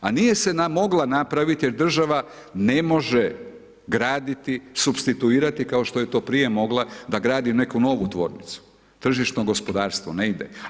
A nije se mogla napraviti jer država ne može graditi, supstituirati, kao što je to prije mogla, da gradi neku novu tvornicu, tržišno gospodarstvo ne ide.